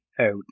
out